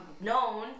known